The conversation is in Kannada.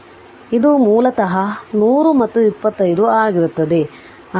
ಆದ್ದರಿಂದ ಇದು ಮೂಲತಃ 100 ಮತ್ತು 25 ಆಗಿರುತ್ತದೆ